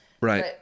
Right